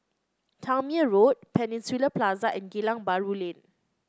Tangmere Road Peninsula Plaza and Geylang Bahru Lane